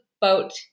boat